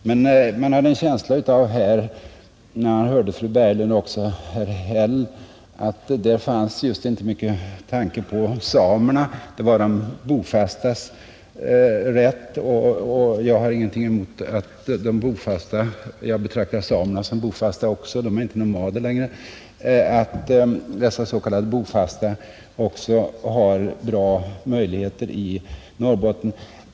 När man hörde fru Berglund och även herr Häll fick man en känsla av att det inte fanns mycket tanke på samerna. Det var de bofastas rätt. Jag har ingenting emot att de s.k. bofasta — jag betraktar samerna som bofasta också, de är inte nomader längre — också har bra möjligheter i Norrbotten.